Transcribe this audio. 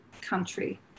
country